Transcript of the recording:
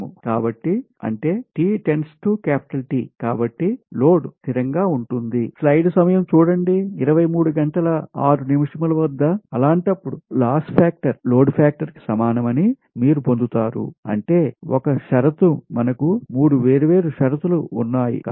కాబట్టి అంటే కాబట్టి లోడ్ స్థిరంగా ఉంటుంది అలాంటప్పుడు లాస్ ఫాక్టర్ లోడ్ ఫాక్టర్ కి సమానమని మీరు పొందుతారు అంటే ఒక షరతు మనకు 3 వేర్వేరు షరతులు ఉన్నాయ్